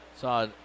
saw